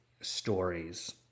stories